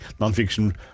nonfiction